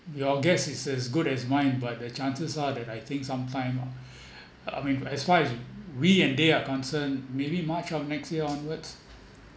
your guess is as good as mine but the chances are that I think sometime I mean as far as we and they are concerned maybe march of next year onwards